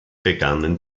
begannen